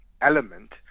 element